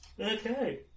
Okay